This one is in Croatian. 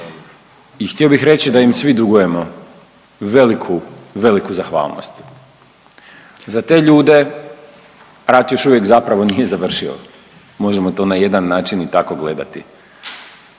i htio bih reći da im svi dugujemo veliku, veliku zahvalnost. Za te ljude rat još uvijek zapravo nije završio. Možemo to na jedan način i tako gledati,